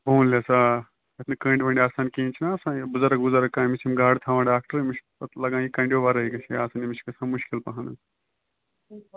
bone لٮ۪س آ یَتھ نہٕ کٔنڈۍ ؤنڈۍ آسن کِہیٖنۍ آ چھُ نہٕ آسان بُزَرٕگ وُزرٕگ کانٛہہ أمِس یِم گاڈٕ تھاوان ڈاکٹر أمِس پَتہٕ لگان یہِ کَنڈیو وَرٲے گژھ یہِ آسن أمِس چھ گژھان مُشکِل پہن